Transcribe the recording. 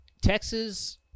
Texas